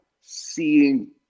seeing